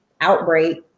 outbreak